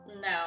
No